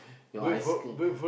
your ice-cream